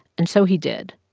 and so he did.